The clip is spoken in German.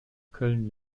köln